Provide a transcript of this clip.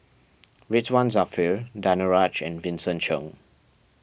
Ridzwan Dzafir Danaraj and Vincent Cheng